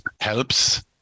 helps